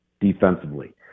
defensively